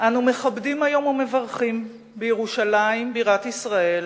אנו מכבדים היום ומברכים בירושלים בירת ישראל,